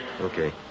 Okay